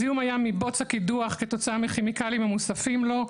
זיהום הים מבוץ הקידוח כתוצאה מכימיקלים המוספים לו,